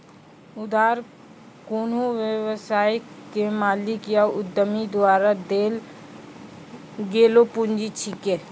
उधार कोन्हो व्यवसाय के मालिक या उद्यमी द्वारा देल गेलो पुंजी छिकै